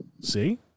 See